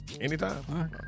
Anytime